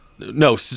No